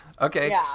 Okay